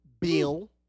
Bill